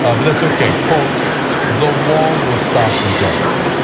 ah but that's okay, the wall will stop the drugs.